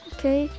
Okay